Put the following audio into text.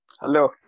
Hello